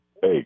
Hey